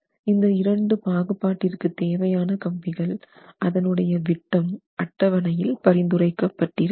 இந்த இரண்டு பாகுபாட்டிற்கு தேவையான கம்பிகள் அதன் உடைய விட்டம் அட்டவணையில் பரிந்துரைக்கப்பட்டிருக்கிறது